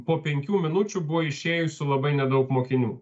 po penkių minučių buvo išėjusių labai nedaug mokinių